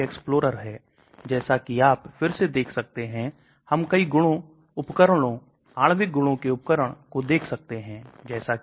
आमतौर पर जैसा कि मैंने कहा कि निष्क्रिय प्रसार प्रमुख तंत्र है व्यवसायिक दवाएं यहां तक की सामान्यता भोजन भी निष्क्रिय प्रसार है